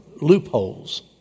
loopholes